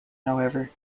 however